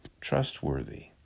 trustworthy